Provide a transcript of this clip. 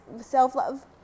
self-love